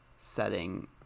Setting